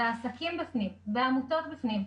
והעסקים בפנים והעמותות בפנים,